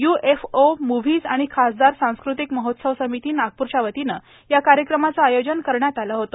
UFO movies आणि खासदार सांस्कृतिक महोत्सव समिती नागपूरच्या वतीने या कार्यक्रमाचे आयोजन करण्यात आले होते